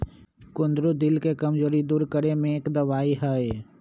कुंदरू दिल के कमजोरी दूर करे में एक दवाई हई